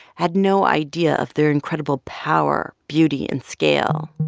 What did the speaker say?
had no idea of their incredible power, beauty and scale